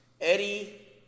Eddie